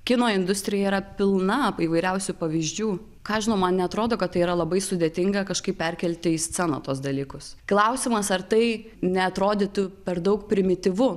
kino industrija yra pilna įvairiausių pavyzdžių ką aš žinau man neatrodo kad tai yra labai sudėtinga kažkaip perkelti į sceną tuos dalykus klausimas ar tai neatrodytų per daug primityvu